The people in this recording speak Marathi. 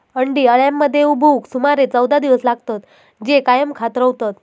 अंडी अळ्यांमध्ये उबवूक सुमारे चौदा दिवस लागतत, जे कायम खात रवतत